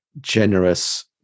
generous